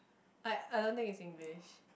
I I don't think is English